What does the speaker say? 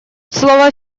слово